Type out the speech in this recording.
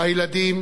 הילדים